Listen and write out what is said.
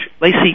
Lacey